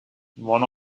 one